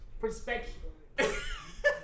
Perspective